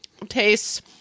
Tastes